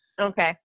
okay